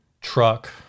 truck